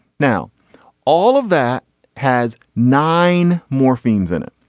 now all of that has nine morphemes in it.